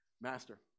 Master